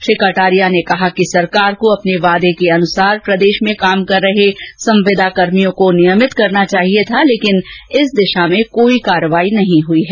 श्री कटारिया ने कहा कि सरकार को अपने वादे के अनुसार प्रदेष में काम कर रहे संविदाकर्मियों को नियमित करना चाहिए था लेकिन इस दिषा में कोई कार्यवाही नहीं हुई है